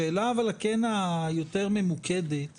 השאלה היותר ממוקדת היא